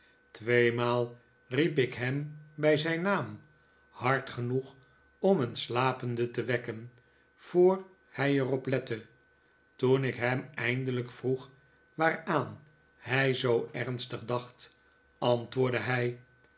tweemaal riep ik hem bij zijn naam hard genoeg om een slapende te wekken voor hij er op lette toen ik hem eindelijk vroeg waaraan hij zoo ernstig dacht antwoordde hij